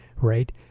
right